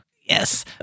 Yes